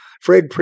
Fred